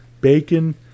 bacon